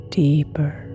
deeper